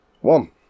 One